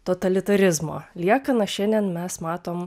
totalitarizmo liekaną šiandien mes matom